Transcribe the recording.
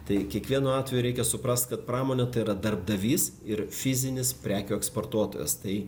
tai kiekvienu atveju reikia suprast kad pramonė tai yra darbdavys ir fizinis prekių eksportuotojas tai